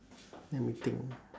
let me think